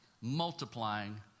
multiplying